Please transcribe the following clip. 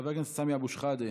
חבר הכנסת סמי אבו שחאדה,